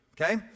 okay